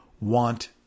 want